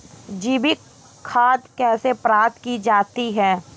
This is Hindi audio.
जैविक खाद कैसे प्राप्त की जाती है?